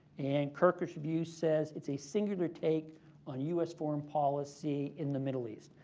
and kirkus review says, it's a singular take on u s. foreign policy in the middle east.